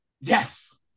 Yes